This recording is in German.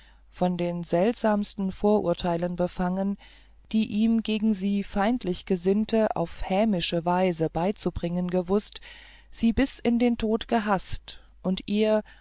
von den seltsamsten vorurteilen befangen die ihm gegen sie feindlich gesinnte auf hämische weise beizubringen gewußt sie bis in den tod gehaßt und ihr